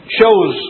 shows